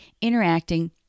interacting